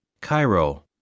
Cairo